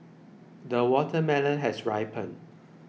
the watermelon has ripened